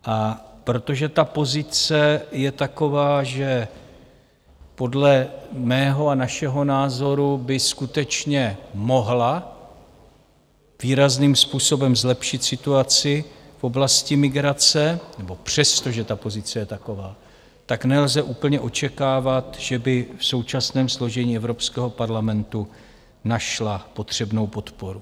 A protože ta pozice je taková, že podle mého a našeho názoru by skutečně mohla výrazným způsobem zlepšit situaci v oblasti migrace, nebo přestože ta pozice je taková, tak nelze úplně očekávat, že by v současném složení Evropského parlamentu našla potřebnou podporu.